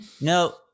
no